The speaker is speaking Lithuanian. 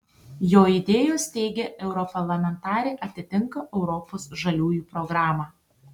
jo idėjos teigia europarlamentarė atitinka europos žaliųjų programą